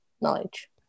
knowledge